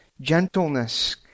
gentleness